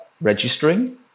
registering